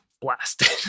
blasted